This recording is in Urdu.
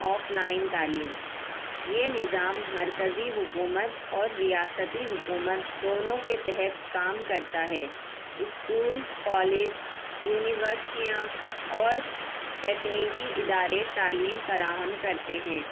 آف لائن تعلیم یہ نظام مرکزی حکومت اور ریاستی حکومت دونوں کے تحت کام کرتا ہے اسکول کالج یونیورسٹیاں اور تکنیکی ادارے تعلیم فراہم کرتے ہیں